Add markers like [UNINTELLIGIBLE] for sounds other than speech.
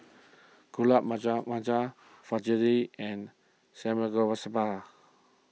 Gulab [UNINTELLIGIBLE] Fajitas and Samgeyopsal